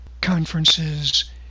conferences